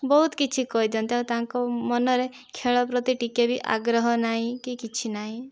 ବହୁତ କିଛି କହିଦିଅନ୍ତି ଆଉ ତାଙ୍କ ମନ ରେ ଖେଳ ପ୍ରତି ଟିକିଏ ବି ଆଗ୍ରହ ନାହିଁ କି କିଛି ନାହିଁ